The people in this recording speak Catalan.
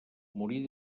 morí